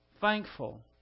thankful